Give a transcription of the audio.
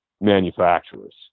manufacturers